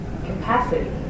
capacity